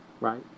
right